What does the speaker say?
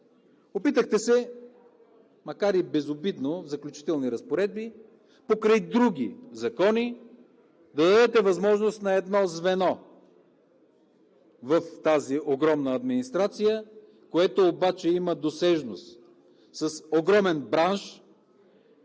Опитахте се, макар и безобидно в Заключителните разпоредби, покрай други закони, да дадете възможност на едно звено в тази огромна администрация, което обаче има досежност с огромен бранш,